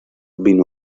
vino